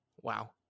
Wow